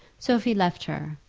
sophie left her,